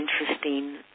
interesting